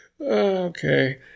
Okay